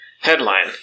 Headline